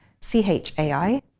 C-H-A-I